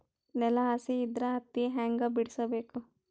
ನೆಲ ಹಸಿ ಇದ್ರ ಹತ್ತಿ ಹ್ಯಾಂಗ ಬಿಡಿಸಬೇಕು?